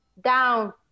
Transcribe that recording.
down